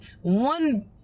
one